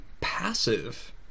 passive